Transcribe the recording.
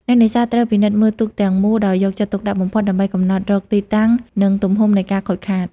អ្នកនេសាទត្រូវពិនិត្យមើលទូកទាំងមូលដោយយកចិត្តទុកដាក់បំផុត ដើម្បីកំណត់រកទីតាំងនិងទំហំនៃការខូចខាត។